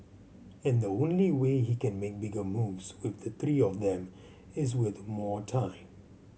and the only way he can make bigger moves with the three of them is with more time